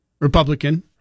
Republican